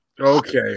Okay